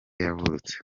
yavutse